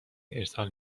ارسال